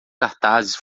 cartazes